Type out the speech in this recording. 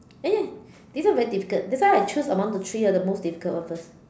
ah ya this one very difficult that's why I choose among the three ah the most difficult one first